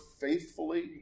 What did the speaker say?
faithfully